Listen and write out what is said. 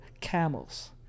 camels